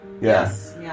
Yes